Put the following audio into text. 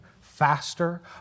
faster